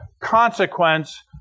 consequence